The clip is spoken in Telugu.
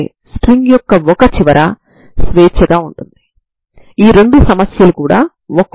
స్ట్రింగ్ యొక్క స్టిఫ్ నెస్ ను K గా తీసుకుంటే మీరు uxLtk2uLt0 ని పొందుతారు